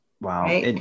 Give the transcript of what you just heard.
Wow